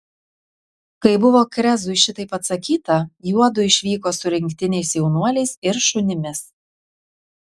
kai buvo krezui šitaip atsakyta juodu išvyko su rinktiniais jaunuoliais ir šunimis